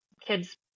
kids